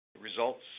Results